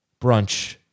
brunch